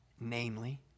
Namely